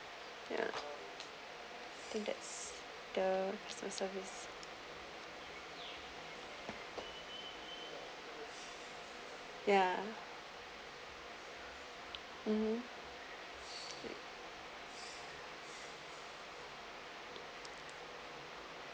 yeah think that's the customer service ya mmhmm